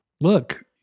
Look